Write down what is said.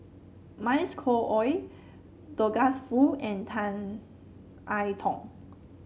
Mavis Khoo Oei Douglas Foo and Tan I Tong